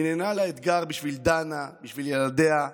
אני נענה לאתגר בשביל דנה, בשביל ילדיה,